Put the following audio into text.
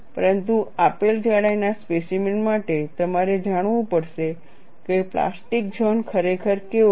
પરંતુ આપેલ જાડાઈના સ્પેસીમેન માટે તમારે જાણવું પડશે કે પ્લાસ્ટિક ઝોન ખરેખર કેવો છે